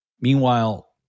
meanwhile